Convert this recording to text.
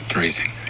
Freezing